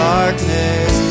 darkness